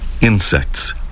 insects